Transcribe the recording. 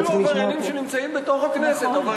יש אפילו עבריינים שנמצאים בתוך הכנסת, נכון.